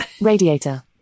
radiator